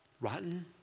rotten